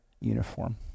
uniform